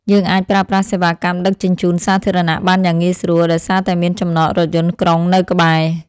យើងអាចប្រើប្រាស់សេវាកម្មដឹកជញ្ជូនសាធារណៈបានយ៉ាងងាយស្រួល ដោយសារតែមានចំណតរថយន្តក្រុងនៅក្បែរ។